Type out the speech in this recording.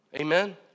Amen